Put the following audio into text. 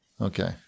Okay